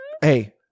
hey